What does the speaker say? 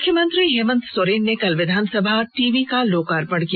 मुख्यमंत्री हेमन्त सोरेन ने कल विधानसभा टीवी का लोकार्पण किया